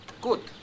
Good